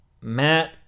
Matt